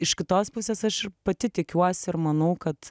iš kitos pusės aš ir pati tikiuosi ir manau kad